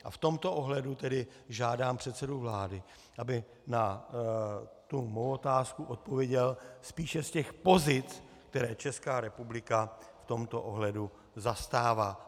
A v tomto ohledu tedy žádám předsedu vlády, aby na mou otázku odpověděl spíše z pozic, které Česká republika v tomto ohledu zastává.